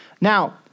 Now